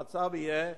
המצב יהיה